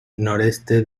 noreste